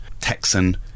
Texan